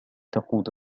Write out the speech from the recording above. تقود